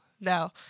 no